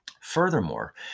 Furthermore